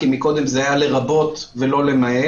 כי מקודם זה היה "לרבות" ולא "למעט",